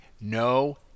No